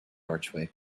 archway